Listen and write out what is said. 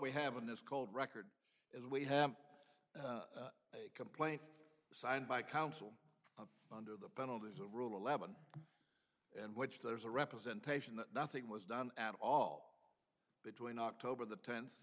we have in this cold record is we have a complaint signed by counsel under the penalties rule eleven and which there's a representation that nothing was done at all between october the ten